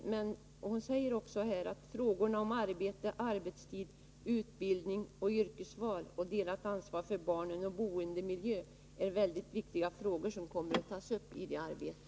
Anita Gradin sade då att frågorna om arbete, arbetstid, utbildning och yrkesval samt delat ansvar för barn och boendemiljö är väldigt viktiga frågor som kommer att tas upp i detta arbete.